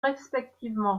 respectivement